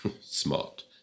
smart